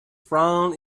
frown